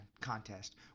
Contest